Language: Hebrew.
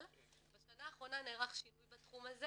אבל בשנה האחרונה נערך שינוי בתחום הזה